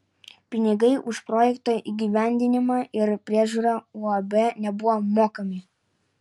pinigai už projekto įgyvendinimą ir priežiūrą uab nebuvo mokami